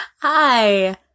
Hi